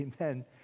amen